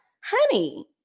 honey